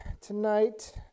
tonight